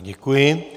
Děkuji.